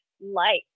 light